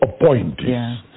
appointees